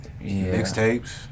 mixtapes